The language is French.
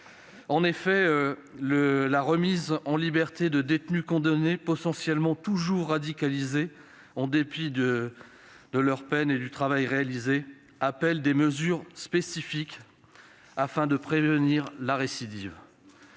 En effet, la remise en liberté de détenus condamnés, potentiellement toujours radicalisés en dépit de l'accomplissement de leur peine et du travail réalisé, appelle des mesures spécifiques afin de prévenir la récidive.